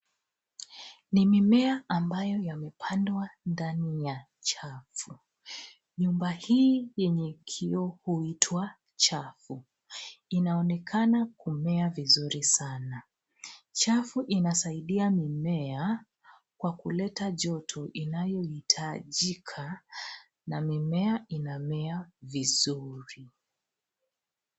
Ni mimea ambayo yamepandwa ndani ya chafu. Nyumba hii yenye kioo huitwa chafu, inaonekana kumea vizuri sana. Chafu inasaidia mimea kwa kuleta joto inayohitajika na mimea inamea vizuri.